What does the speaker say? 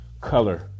color